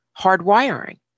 hardwiring